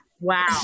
Wow